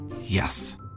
Yes